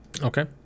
Okay